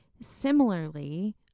similarly